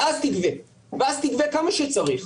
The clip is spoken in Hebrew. ואז תגבה כמה שצריך.